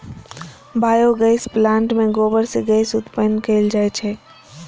biogas plant मे गोबर सं गैस उत्पन्न कैल जाइ छै